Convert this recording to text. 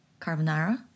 carbonara